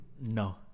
No